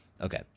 Okay